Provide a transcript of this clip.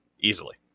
easily